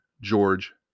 George